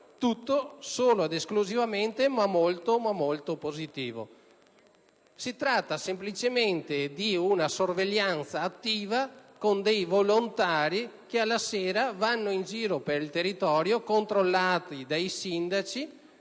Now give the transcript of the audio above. tutto è solo ed esclusivamente molto positivo. Si tratta semplicemente di una sorveglianza attiva con dei volontari che alla sera vanno in giro per il territorio controllati dai sindaci,